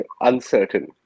uncertain